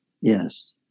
yes